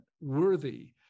worthy